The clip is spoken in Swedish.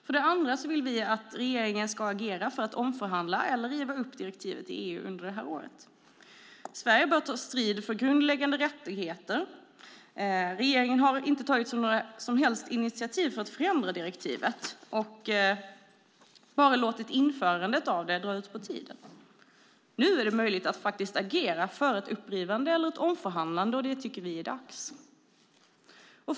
För det andra vill vi att regeringen ska agera för att omförhandla eller riva upp direktivet i EU under året. Sverige bör ta strid för grundläggande rättigheter. Regeringen har inte tagit några som helst initiativ för att förändra direktivet, utan endast låtit införandet av det dra ut på tiden. Nu är det möjligt att faktiskt agera för ett upprivande eller ett omförhandlande, och vi tycker att det är dags för det.